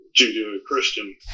Judeo-Christian